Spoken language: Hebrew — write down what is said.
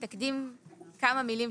אולי תקדים כמה מילים,